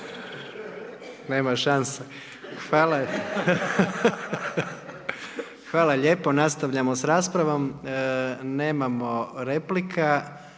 nema šanse. Hvala lijepo. Nastavljamo sa raspravom. Nema replika,